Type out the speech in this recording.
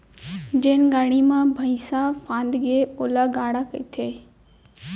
जेन गाड़ी म भइंसा फंदागे ओला गाड़ा कथें